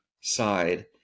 side